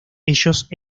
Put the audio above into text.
ellos